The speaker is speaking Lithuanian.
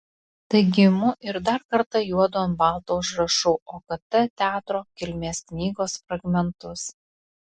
taigi imu ir dar kartą juodu ant balto užrašau okt teatro kilmės knygos fragmentus